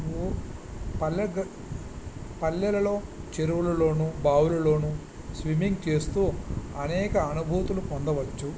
పల్లెలలో చెరువులలోనూ బావులలోనూ స్విమ్మింగ్ చేస్తూ అనేక అనుభూతులు పొందవచ్చు